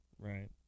right